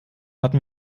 hatten